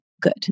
good